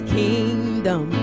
kingdom